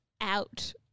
out